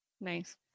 Nice